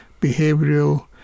behavioral